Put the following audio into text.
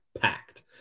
packed